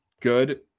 good